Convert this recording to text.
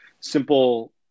simple